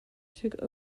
took